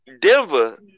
Denver